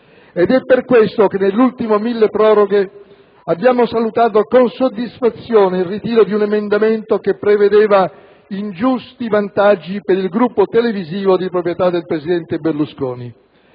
È per questo che nell'ultimo "milleproroghe" abbiamo salutato con soddisfazione il ritiro di un emendamento che prevedeva ingiusti vantaggi per il gruppo televisivo di proprietà del presidente Berlusconi.